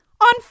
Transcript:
on